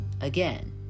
Again